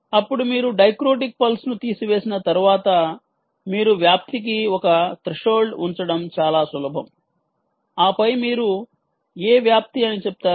అప్పుడు మీరు డైక్రోటిక్ పల్స్ను తీసివేసిన తర్వాత మీరు వ్యాప్తి కి ఒక త్రెషోల్డ్ ఉంచడం చాలా సులభం ఆపై మీరు ఏ వ్యాప్తి అని చెప్తారు